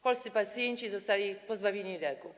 Polscy pacjenci zostali pozbawieni leków.